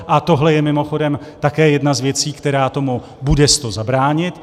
A tohle je mimochodem také jedna z věcí, která tomu bude s to zabránit.